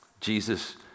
Jesus